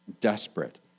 desperate